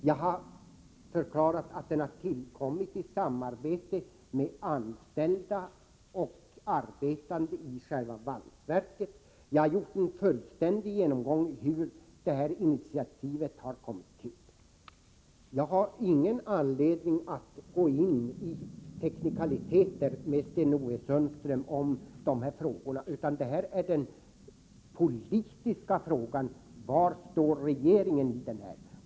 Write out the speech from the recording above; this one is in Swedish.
Jag har framhållit att den kommit till i samarbete med anställda och arbetande vid själva valsverket. Jag har gjort en fullständig genomgång av hur detta initiativ har kommit till. Jag har ingen anledning att gå in i teknikaliteter med Sten-Ove Sundström i de här frågorna, utan här är den politiska frågan: Var står regeringen.